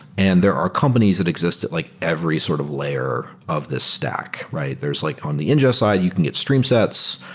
and there are companies that exist at like every sort of layer of this stack, right? there's like on the ingest side, you can get stream sets.